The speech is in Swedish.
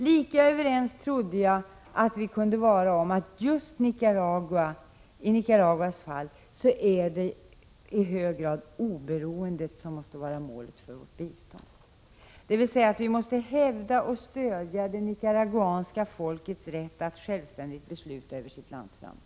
Lika överens trodde jag att vi var om att målet för vårt bistånd till Nicaragua måste vara oberoendet. Vi måste alltså hävda och stödja det nicaraguanska folkets rätt att självständigt besluta om sitt lands framtid.